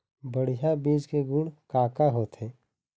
बढ़िया बीज के गुण का का होथे?